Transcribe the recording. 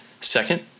Second